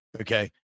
Okay